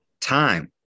Time